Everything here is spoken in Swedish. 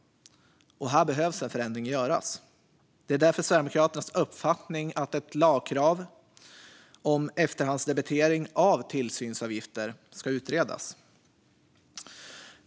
Här behöver en förändring göras. Det är därför Sverigedemokraternas uppfattning att ett lagkrav om efterhandsdebitering av tillsynsavgifter ska utredas.